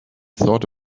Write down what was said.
thought